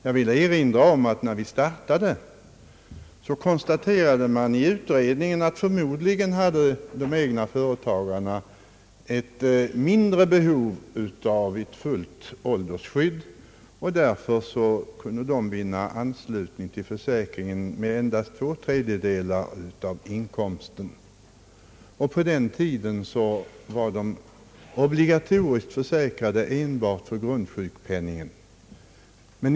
Jag vill erinra om att när denna verksamhet startades, konstaterades det i utredningen att de egna företagarna förmodligen hade ett mindre behov av ett fullt åldersskydd. De kunde därför vinna anslutning till försäkringen till endast två tredjedelar av inkomsten. På den tiden var de obligatoriskt sjukförsäkrade enbart för grundsjukpenningen.